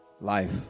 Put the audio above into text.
life